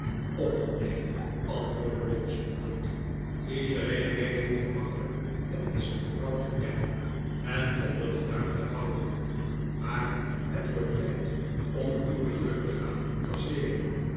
och neen antwoordde ralph spottend iedereen weet hoe gemakkelijk het is een vrouw te kennen en onder den duim te houden maar het wordt tijd om uw geluk te gaan incasseeren